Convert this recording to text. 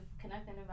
connecting